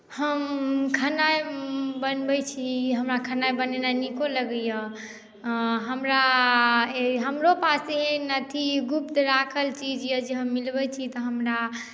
हम खेनाइ बनबैत छी हमरा खेनाइ बनेनाइ नीको लगैए हमरा हमरो पास एहन अथी गुप्त राखल चीज यए जे हम मिलबैत छी तऽ हमरा